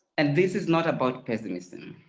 and this is not about pessimism.